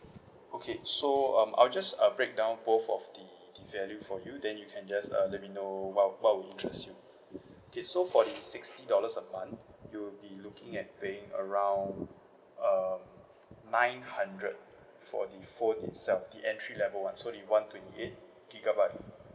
okay so um I'll just uh breakdown both of the the value for you then you can just uh let me know what what will interest you okay so for the sixty dollars a month you'll be looking at paying around um nine hundred for the phone itself the entry level one so the one twenty eight gigabyte